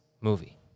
movie